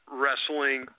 wrestling